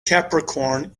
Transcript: capricorn